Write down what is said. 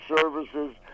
services